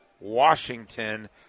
Washington